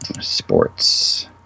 Sports